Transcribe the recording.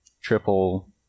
triple